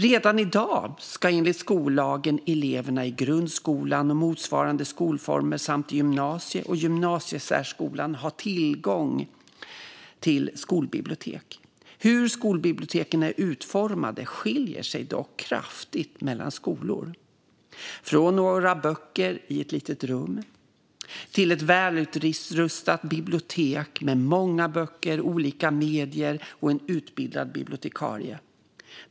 Redan i dag ska enligt skollagen eleverna i grundskolan och motsvarande skolformer samt gymnasie och gymnasiesärskolan ha tillgång till skolbibliotek. Hur skolbiblioteken är utformade skiljer sig dock kraftigt mellan skolor - från några böcker i ett litet rum till ett välutrustat bibliotek med många böcker, olika medier och en utbildad bibliotekarie.